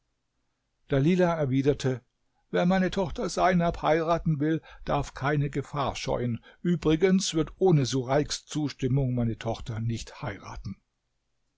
dalilah erwiderte wer meine tochter seinab heiraten will darf keine gefahr scheuen übrigens wird ohne sureiks zustimmung meine tochter nicht heiraten